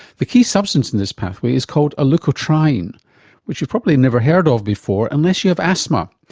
the key substance in this pathway is called a leukotriene, which you've probably never heard of before unless you have asthma,